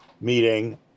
meeting